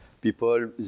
people